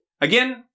Again